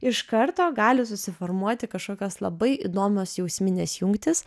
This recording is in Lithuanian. iš karto gali susiformuoti kažkokios labai įdomios jausminės jungtys